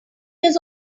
was